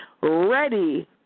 ready